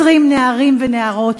20 נערים ונערות,